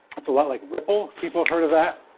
it's a lot like ripple if people have heard of that.